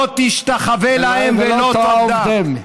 לא תשתחוה להם ולא תעבדם".